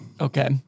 Okay